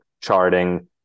charting